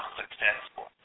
successful